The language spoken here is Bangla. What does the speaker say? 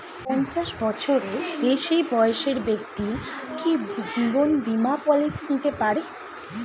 পঞ্চাশ বছরের বেশি বয়সের ব্যক্তি কি জীবন বীমা পলিসি নিতে পারে?